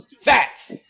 Facts